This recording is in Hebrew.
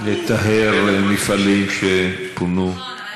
לטהר מפעלים שפונו,